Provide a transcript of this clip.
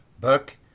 book